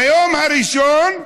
ביום הראשון,